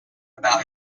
about